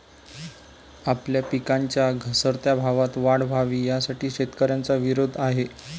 आपल्या पिकांच्या घसरत्या भावात वाढ व्हावी, यासाठी शेतकऱ्यांचा विरोध आहे